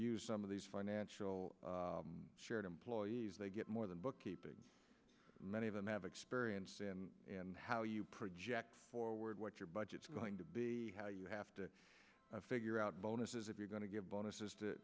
used some of these financial shared employees they get more than bookkeeping many of them have experience and how you project forward what your budget is going to be how you have to figure out bonuses if you're going to give bonuses to